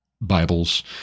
Bibles